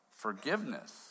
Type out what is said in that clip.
Forgiveness